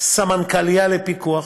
סמנכ"לייה לפיקוח,